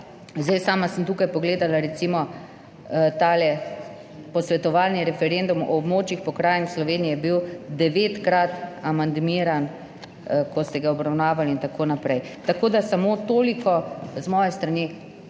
zdaj sama sem tukaj pogledala recimo tale posvetovalni referendum o območjih pokrajin Slovenije je bil devetkrat amandmiran, ko ste ga obravnavali in tako naprej. Tako, da samo toliko z moje strani.